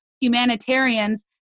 humanitarians